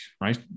Right